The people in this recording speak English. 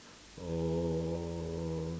or